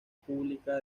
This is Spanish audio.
pública